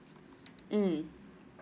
mm